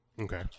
Okay